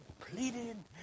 pleading